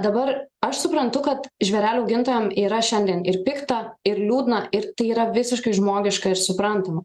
dabar aš suprantu kad žvėrelių augintojam yra šiandien ir pikta ir liūdna ir tai yra visiškai žmogiška ir suprantama